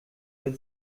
veux